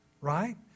right